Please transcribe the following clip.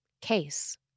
Case